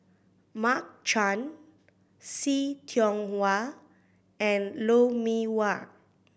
Mark Chan See Tiong Wah and Lou Mee Wah